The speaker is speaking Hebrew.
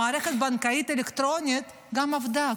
המערכת הבנקאית האלקטרונית גם עבדה,